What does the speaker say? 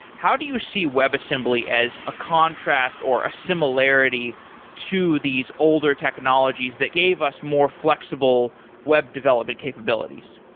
how do you see webassembly as a contrast or a similarity to these older technologies that gave us more flexible web development capabilities?